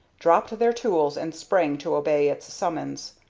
dropped their tools and sprang to obey its summons.